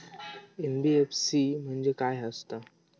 NBFC म्हणजे खाय आसत?